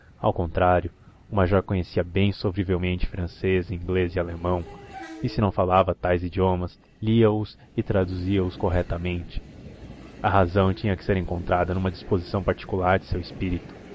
ao contrário o major conhecia bem sofrivelmente francês inglês e alemão e se não falava tais idiomas lia os e traduzia os correntemente a razão tinha que ser encontrada numa disposição particular de seu espírito